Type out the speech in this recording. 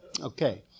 Okay